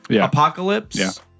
Apocalypse